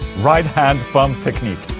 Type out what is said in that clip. right hand thumb technique